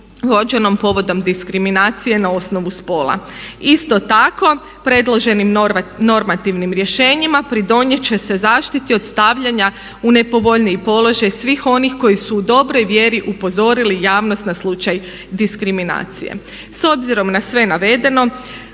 vođenom povodom diskriminacije na osnovu spola. Isto tako predloženim normativnim rješenjima pridonijet će se zaštiti od stavljanja u nepovoljniji položaj svih onih koji su u dobroj vjeri upozorili javnost na slučaj diskriminacije. S obzirom na sve navedeno